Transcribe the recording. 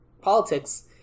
politics